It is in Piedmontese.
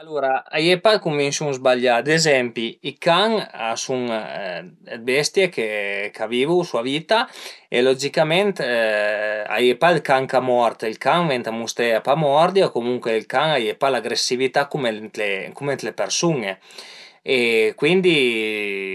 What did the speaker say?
Alura a ie pa dë cunvinsiun sbaglià, ad ezempi i can a sun dë bestie ch'a vivu sua vita e logicament a ie pa ël can ch'a mord, al can venta musteie a pa mordi o comuncue ënt ël can a ie pa l'agressività cum ën le persun-e e cuindi